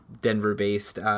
Denver-based